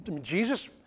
Jesus